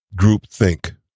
groupthink